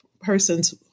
persons